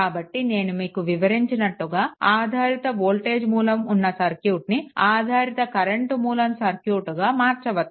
కాబట్టి నేను మీకు వివరించినట్టుగా ఆధారిత వోల్టేజ్ మూలం ఉన్న సర్క్యూట్ని ఆధారిత కరెంట్ మూలం సర్క్యూట్గా మార్చవచ్చు